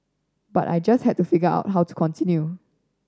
but I just had to figure out how to continue